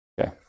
okay